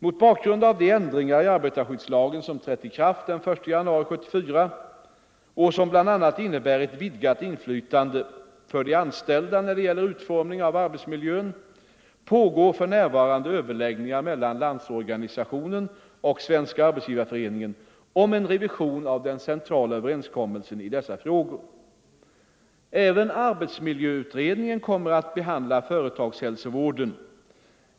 Mot bakgrund av de ändringar i arbetarskyddslagen som trätt i kraft den 1 januari 1974 och som bl.a. innebär ett vidgat inflytande för de anställda när det gäller utformningen av arbetsmiljön pågår för närvarande överläggningar mellan LO och SAF om en revision av den centrala överenskommelsen i dessa frågor. Även arbetsmiljöutredningen kommer att behandla företagshälsovården.